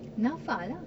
N_A_F_A lah